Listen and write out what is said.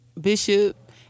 Bishop